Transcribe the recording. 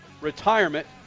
retirement